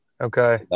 Okay